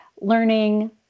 learning